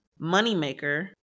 Moneymaker